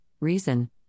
Reason